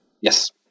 Yes